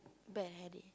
bad hair day